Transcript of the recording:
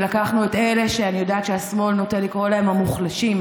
ולקחנו את אלה שאני יודעת שהשמאל נוטה לקרוא להם "המוחלשים"